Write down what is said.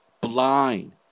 blind